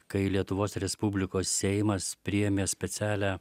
kai lietuvos respublikos seimas priėmė specialią